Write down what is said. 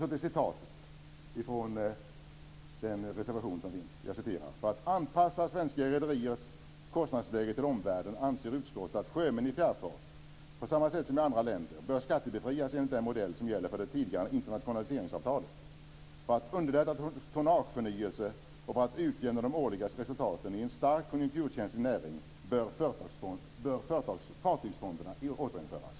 Så till citatet ur vår reservation: "För att anpassa svenska rederiers kostnadsläge till omvärlden anser utskottet att sjömän i fjärrfart, på samma sätt som i andra länder, bör skattebefrias enligt den modell som gäller för det tidigare internationaliseringsavtalet. För att underlätta tonnageförnyelse och för att utjämna de årliga resultaten i en starkt konjunkturkänslig näring bör fartygsfonderna återinföras."